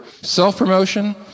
Self-promotion